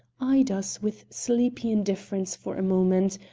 eyed us with sleepy indifference for a moment,